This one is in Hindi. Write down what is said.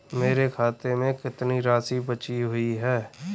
मेरे खाते में कितनी राशि बची हुई है?